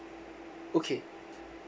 okay